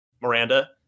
Miranda